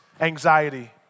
anxiety